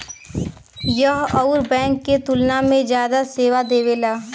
यह अउर बैंक के तुलना में जादा सेवा देवेला